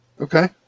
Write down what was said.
Okay